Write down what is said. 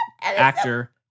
actor